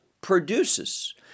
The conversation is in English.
produces